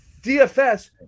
DFS